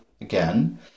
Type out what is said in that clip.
again